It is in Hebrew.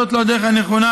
זאת לא הדרך הנכונה.